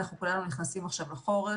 אנחנו כולנו נכנסים עכשיו לחורף.